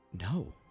No